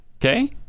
Okay